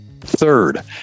Third